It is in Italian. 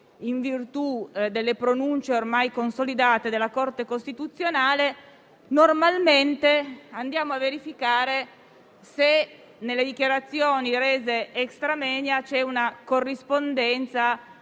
in virtù delle pronunce ormai consolidate della Corte costituzionale, normalmente andiamo a verificare se nelle dichiarazioni rese *extra moenia* vi sia una corrispondenza